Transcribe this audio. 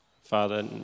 Father